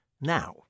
now